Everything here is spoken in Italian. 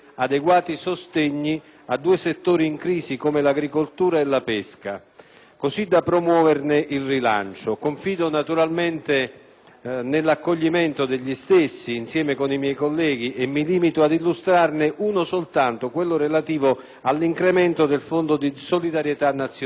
a due settori in crisi come l'agricoltura e la pesca così da promuoverne il rilancio. Confido naturalmente nell'accoglimento degli stessi, insieme con i miei colleghi, e mi limito ad illustrarne uno soltanto, il 2.1, relativo ad un incremento del Fondo di solidarietà nazionale per